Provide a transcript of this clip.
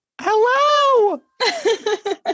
Hello